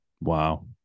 Wow